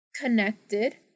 connected